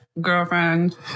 girlfriend